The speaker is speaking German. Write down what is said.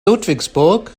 ludwigsburg